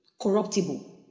corruptible